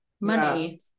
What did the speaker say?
money